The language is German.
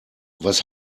was